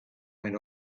went